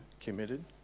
committed